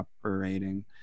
operating